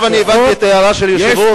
עכשיו הבנתי את ההערה של היושב-ראש.